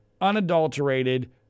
unadulterated